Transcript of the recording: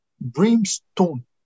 brimstone